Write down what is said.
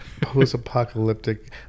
post-apocalyptic